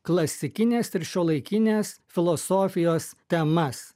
klasikinės ir šiuolaikinės filosofijos temas